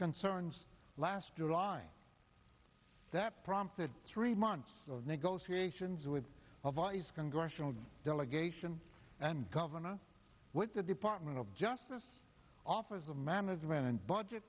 concerns last july that prompted three months of negotiations with of is congressional delegation and governor with the department of justice office of management and budget